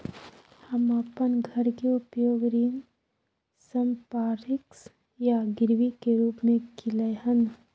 हम अपन घर के उपयोग ऋण संपार्श्विक या गिरवी के रूप में कलियै हन